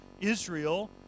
Israel